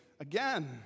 Again